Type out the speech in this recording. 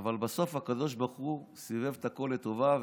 אבל בסוף הקדוש ברוך הוא סובב את הכול לטובה,